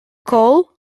coal